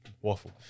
waffle